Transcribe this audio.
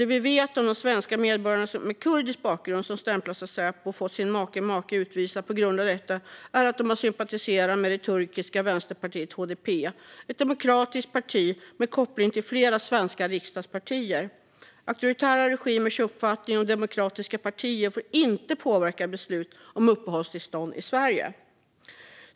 Det vi vet om de svenska medborgarna med kurdisk bakgrund som stämplats av Säpo och fått sin maka eller make utvisad på grund av detta är att de har sympatiserat med det turkiska vänsterpartiet HDP. Det är ett demokratiskt parti med koppling till flera svenska riksdagspartier. Auktoritära regimers uppfattning om demokratiska partier får inte påverka beslut om uppehållstillstånd i Sverige.